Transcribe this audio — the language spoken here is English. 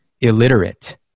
illiterate